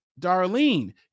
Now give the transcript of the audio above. Darlene